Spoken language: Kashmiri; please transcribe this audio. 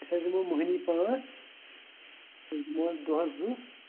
أسۍ حظ یِمو مۅہنِی پانٛژھ أسۍ دِمو اتھ دۄہ زٕ